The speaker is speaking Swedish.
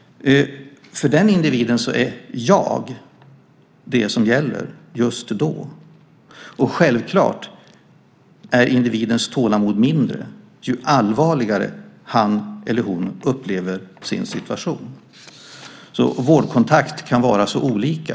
För individen är jag det som gäller just då, och självklart är individens tålamod mindre ju allvarligare han eller hon upplever sin situation. Vårdkontakt kan vara så olika.